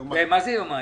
מחיר,